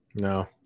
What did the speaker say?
no